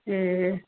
ए